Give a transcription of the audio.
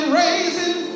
raising